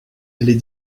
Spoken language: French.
les